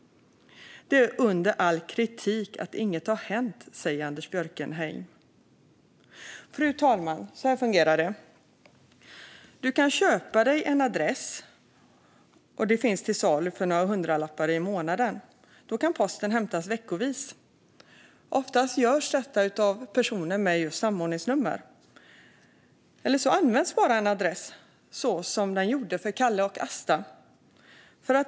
"Det är under all kritik att inget hänt", sa Anders Björkenheim då. Fru talman! Så här fungerar det: Man kan köpa sig en adress; det finns till salu för några hundralappar i månaden. Då kan posten hämtas veckovis. Oftast görs detta av personer med just samordningsnummer. Man kan också bara använda en adress, så som hände med Kalles och Astas.